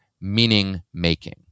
meaning-making